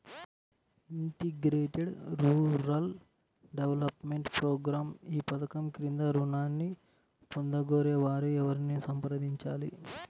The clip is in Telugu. ఇంటిగ్రేటెడ్ రూరల్ డెవలప్మెంట్ ప్రోగ్రాం ఈ పధకం క్రింద ఋణాన్ని పొందగోరే వారు ఎవరిని సంప్రదించాలి?